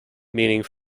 meaning